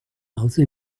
also